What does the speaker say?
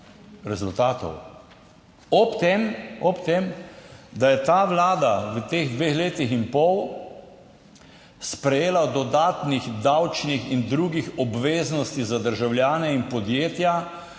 rezultatov. Ob tem, da je ta vlada v teh dveh letih in pol sprejela dodatnih davčnih in drugih obveznosti za državljane in podjetja